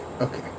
okay